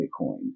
bitcoin